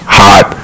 hot